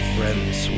Friends